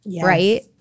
right